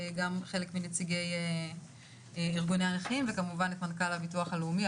גם חלק מנציגי ארגוני הנכים וכמובן את מנכ"ל הביטוח הלאומי,